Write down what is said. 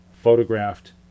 photographed